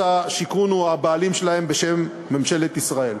השיכון הוא הבעלים שלהן בשם ממשלת ישראל.